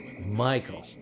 michael